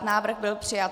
Návrh byl přijat.